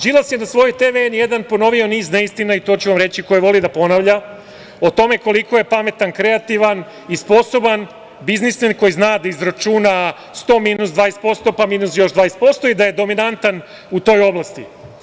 Đilas je na svojoj televiziji N1 ponovio niz neistina, i to ću vam reći, koje voli da ponavlja, o tome koliko je pametan, kreativan i sposoban biznismen koji zna da izračuna 100 minus 20% pa minus još 20% i da je dominantan u toj oblasti.